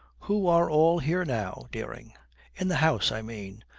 who are all here now, dering in the house, i mean?